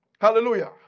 Hallelujah